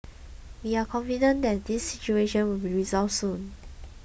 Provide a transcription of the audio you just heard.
we are confident that this situation will be resolved soon